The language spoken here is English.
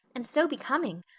and so becoming.